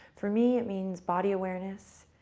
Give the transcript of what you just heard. for me, it means body awareness,